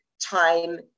time